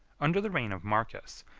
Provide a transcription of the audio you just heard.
under the reign of marcus,